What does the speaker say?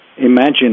imagine